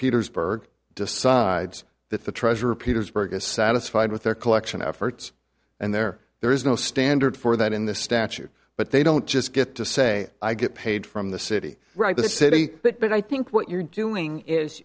petersburg decides that the treasurer petersburg a satisfied with their collection efforts and there there is no standard for that in the statute but they don't just get to say i get paid from the city right to the city but i think what you're doing is